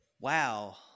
wow